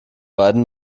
beiden